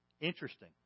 Interesting